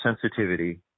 sensitivity